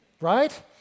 right